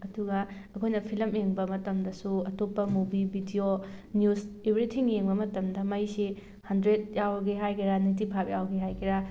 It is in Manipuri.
ꯑꯗꯨꯒ ꯑꯩꯈꯣꯏꯅ ꯐꯤꯂꯝ ꯌꯦꯡꯕ ꯃꯇꯝꯗꯁꯨ ꯑꯇꯣꯞꯄ ꯃꯨꯕꯤ ꯕꯤꯗꯤꯑꯣ ꯅꯤꯌꯨꯖ ꯑꯦꯕ꯭ꯔꯤꯊꯤꯡ ꯌꯦꯡꯕ ꯃꯇꯝꯗ ꯃꯩꯁꯤ ꯍꯟꯗ꯭ꯔꯦꯗ ꯌꯥꯎꯒꯦ ꯍꯥꯏꯒꯦꯔꯥ ꯅꯥꯏꯟꯇꯤ ꯐꯥꯏꯕ ꯌꯥꯎꯒꯦ ꯍꯥꯏꯒꯦꯔꯥꯥ